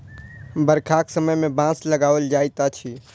बरखाक समय मे बाँस लगाओल जाइत अछि